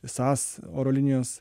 sas oro linijos